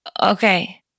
Okay